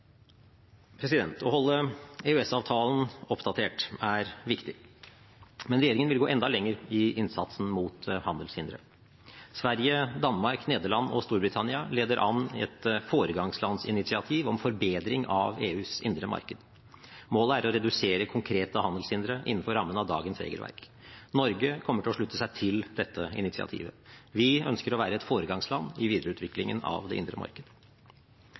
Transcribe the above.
Å holde EØS-avtalen oppdatert er viktig, men regjeringen vil gå enda lenger i innsatsen mot handelshindre. Sverige, Danmark, Nederland og Storbritannia leder an et foregangslandsinitiativ om forbedring av EUs indre marked. Målet er å redusere konkrete handelshindre innenfor rammen av dagens regelverk. Norge kommer til å slutte seg til dette initiativet. Vi ønsker å være et foregangsland i videreutviklingen av det indre